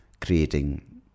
creating